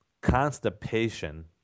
constipation